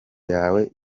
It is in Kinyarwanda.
yawe